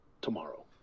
tomorrow